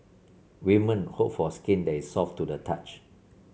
women hope for skin that is soft to the touch